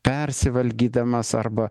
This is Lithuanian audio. persivalgydamas arba